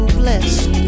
blessed